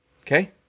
Okay